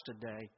today